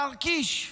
השר קיש,